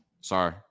Sorry